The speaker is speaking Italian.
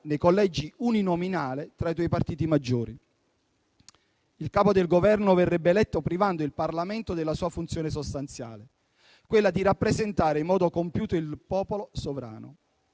nei collegi uninominali tra i due partiti maggiori. Il Capo del Governo verrebbe eletto privando il Parlamento della sua funzione sostanziale, quella di rappresentare in modo compiuto il popolo sovrano,